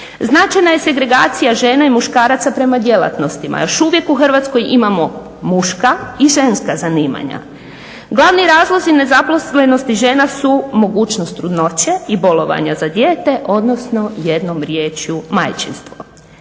Značajna je segregacija žena i muškaraca prema djelatnostima. Još uvijek u Hrvatskoj imamo muška i ženska zanimanja. Glavni razlozi nezaposlenosti žena su mogućnost trudnoće i bolovanja za dijete, odnosno jednom riječju majčinstvo.